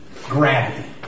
gravity